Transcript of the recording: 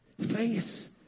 Face